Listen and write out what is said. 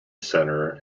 center